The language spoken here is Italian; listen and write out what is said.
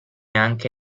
anche